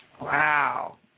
Wow